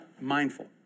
mindful